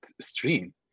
stream